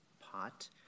pot